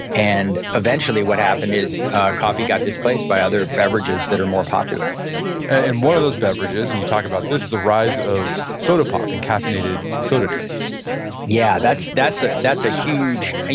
and eventually what happened is coffee got displaced by other beverages that are more popular and one of those beverages, and you talk about this, the rise of soda pop and caffeinated soda drinks yeah, yeah, that's ah that's a huge,